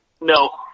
No